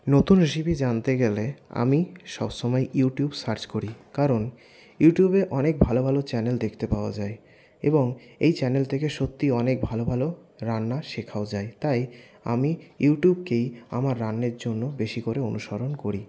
নতুন রেসিপি জানতে গেলে আমি সবসময় ইউটিউব সার্চ করি কারণ ইউটিউবে অনেক ভালো ভালো চ্যানেল দেখতে পাওয়া যায় এবং এই চ্যানেল থেকে সত্যিই অনেক ভালো ভালো রান্না শেখাও যায় তাই আমি ইউটিউবকেই আমার রান্নার জন্য বেশি করে অনুসরণ করি